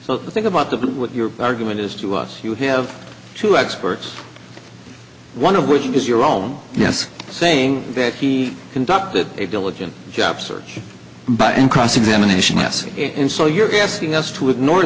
i think about that what your argument is to us you have two experts one of which is your own yes saying that he conducted a diligent job search but in cross examination yes and so you're asking us to ignore